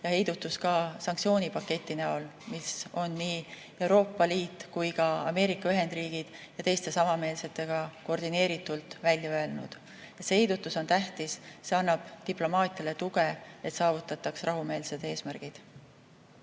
heidutus ka sanktsioonipaketi näol, mida on nii Euroopa Liit kui ka Ameerika Ühendriigid teiste samameelsetega koordineeritult välja öelnud. See heidutus on tähtis, see annab diplomaatiale tuge, et saavutataks rahumeelsed eesmärgid.